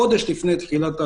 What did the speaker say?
חודש לפני תחילת הלימודים.